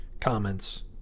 comments